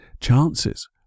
chances